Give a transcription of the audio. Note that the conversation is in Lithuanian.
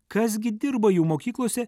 kas gi dirba jų mokyklose